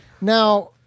Now